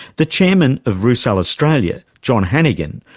the chairman of rusal australia, john hannagan,